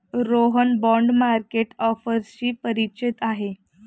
Rohan bond market ऑफर्सशी परिचित आहे